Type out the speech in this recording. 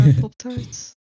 Pop-Tarts